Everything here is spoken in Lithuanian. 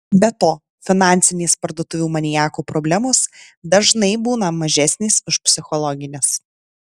be to finansinės parduotuvių maniakų problemos dažnai būna mažesnės už psichologines